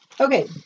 Okay